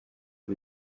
aba